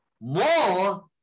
more